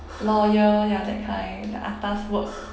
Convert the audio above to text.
lawyer ya that kind the atas work